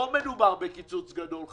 לא מדובר בקיצוץ גדול,